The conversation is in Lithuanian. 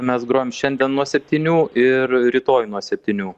mes grojam šiandien nuo septynių ir rytoj nuo septynių